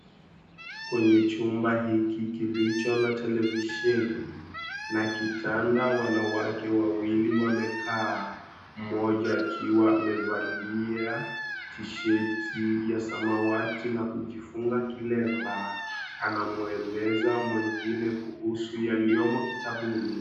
Kwenye chumba hiki kilicho na televisheni na kitanda, wanawake wawili wamekaa. Mmoja akiwa amevalia t-shirt ya samawati na kujifunga kilemba, anamueleza mwingine kuhusu yaliyomo kitabuni.